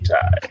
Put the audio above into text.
time